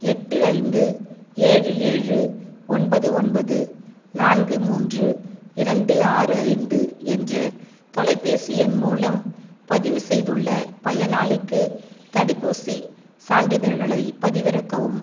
எட்டு ஐந்து ஏழு ஏழு ஒன்பது ஒன்பது நான்கு மூன்று இரண்டு ஆறு ஐந்து என்ற தொலைபேசி எண் மூலம் பதிவு செய்துள்ள பயனாளிக்கு தடுப்பூசி சான்றிதழ்களைப் பதிவிறக்கவும்